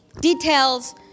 details